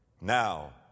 Now